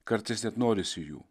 kartais net norisi jų